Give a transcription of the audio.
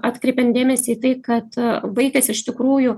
atkreipian dėmesį į tai kad vaikas iš tikrųjų